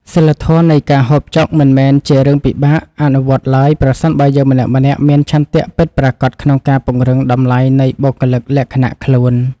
សីលធម៌នៃការហូបចុកមិនមែនជារឿងពិបាកអនុវត្តឡើយប្រសិនបើយើងម្នាក់ៗមានឆន្ទៈពិតប្រាកដក្នុងការពង្រឹងតម្លៃនៃបុគ្គលិកលក្ខណៈខ្លួន។